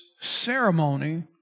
ceremony